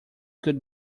could